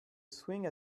swing